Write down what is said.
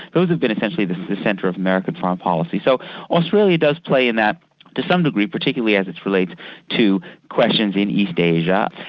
those have been essentially the centre of american foreign policy. so australia does play in that to some degree, particularly as it's related to questions in east asia,